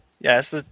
Yes